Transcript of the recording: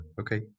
okay